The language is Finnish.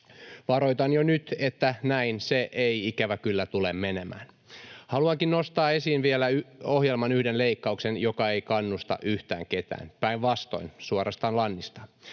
Varoitan jo nyt, että näin se ei ikävä kyllä tule menemään. Haluankin vielä nostaa esiin yhden ohjelman leikkauksen, joka ei kannusta yhtään ketään, päinvastoin, suorastaan lannistaa.